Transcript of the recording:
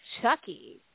Chucky